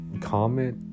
Comment